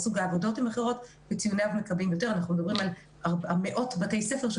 אנחנו מדברים על מאות בתי ספר.